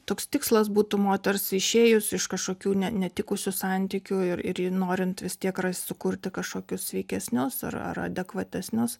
toks tikslas būtų moters išėjus iš kažkokių ne netikusių santykių ir ir norint vis tiek sukurti kažkokius sveikesnius ar adekvatesnius